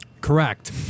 Correct